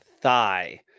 thigh